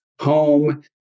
home